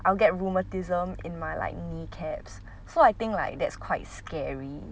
I will get rheumatism in my like knee cap so I think like that's quite scary